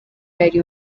yari